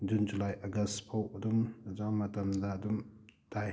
June July August ꯐꯥꯎꯕ ꯑꯗꯨꯝ ꯃꯇꯝꯗ ꯑꯗꯨꯝ ꯇꯥꯏ